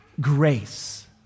grace